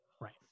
Right